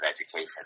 education